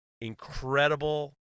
incredible